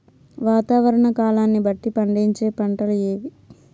వాతావరణ కాలాన్ని బట్టి పండించే పంటలు ఏవి?